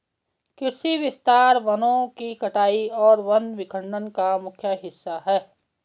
कृषि विस्तार वनों की कटाई और वन विखंडन का मुख्य हिस्सा है